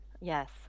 Yes